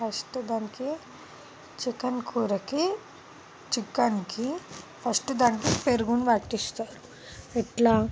first దానికి chicken కూరకి చికెన్కి ఫస్ట్ దానికి పెరుగును పట్టిస్తారు ఎట్లా